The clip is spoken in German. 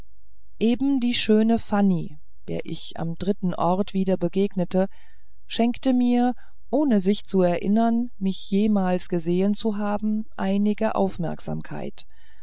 eben die schöne fanny der ich am dritten ort wieder begegnete schenkte mir ohne sich zu erinnern mich jemals gesehen zu haben einige aufmerksamkeit